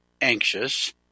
anxious